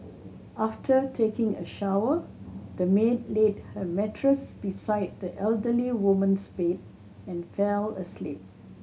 after taking a shower the maid laid her mattress beside the elderly woman's bed and fell asleep